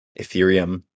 Ethereum